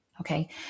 Okay